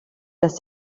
dass